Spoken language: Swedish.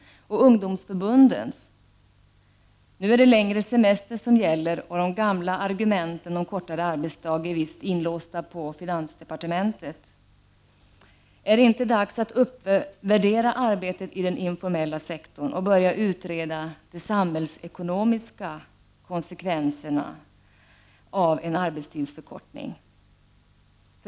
Och ungdomsförbundens? Nu är det längre semester som gäller, och de gamla argumenten om kortare arbetsdag är visst inlåsta på finansdepartementet. Är det inte dags att uppvärdera arbetet i den informella sektorn och börja utreda de samhällsekonomiska konsekvenserna av en arbetstidsförkortning?